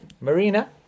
Marina